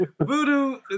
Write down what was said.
Voodoo